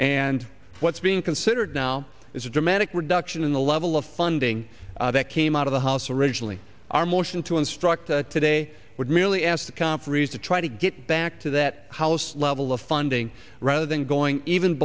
and what's being considered now is a dramatic reduction in the level of funding that came out of the house originally our motion to instruct today would merely ask the conferees to try to get back to that house level of funding rather than going even